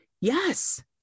Yes